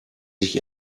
sich